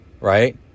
right